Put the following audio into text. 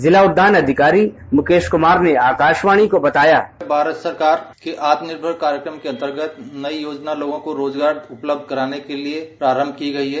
जिला उद्यान अधिकारी मुकेश कुमार ने आकाशवाणी को बताया भारत सरकार के आत्मनिर्भर कार्यक्रम के अन्तर्गत नई योजना लोगों को उपलब्ध कराने के लिये प्रारम्भ की गई है